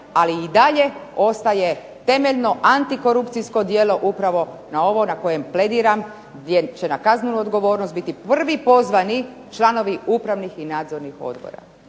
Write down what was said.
ali i dalje ostaje temeljno antikorupcijsko djelo upravo na ovo na koje plediram gdje će na kaznenu odgovornost biti prvi pozvani članovi upravnih i nadzornih odbora.